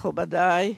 מכובדי,